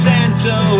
Santo